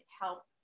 help